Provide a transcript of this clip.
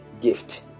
gift